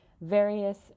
various